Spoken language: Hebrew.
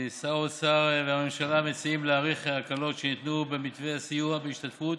שר האוצר והממשלה מציעים להאריך הקלות שניתנו במתווה הסיוע בהשתתפות